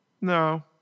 No